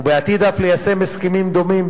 ובעתיד אף ליישם הסכמים דומים,